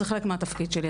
זה חלק מהתפקיד שלי,